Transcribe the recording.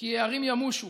"כי הערים ימושו